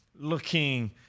Looking